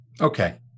Okay